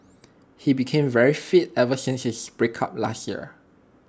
he became very fit ever since his breakup last year